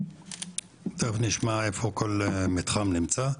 תיכף נשמע איפה כל מתחם נמצא.